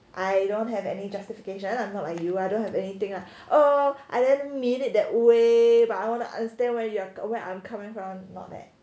I don't have any justification lah not like you I don't have anything ah oh I didn't mean it that way but I want to understand where you where I'm coming from not that